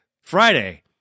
Friday